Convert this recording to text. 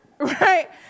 right